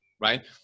right